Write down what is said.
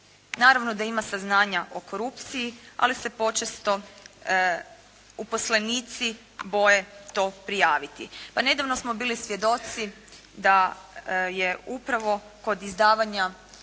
naravno da ima saznanja o korupciji, ali se počesto uposlenici boje to prijaviti. Do nedavno smo bili svjedoci da je upravo kod izdavanja